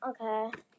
Okay